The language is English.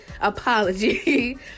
apology